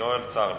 יואל, צר לי.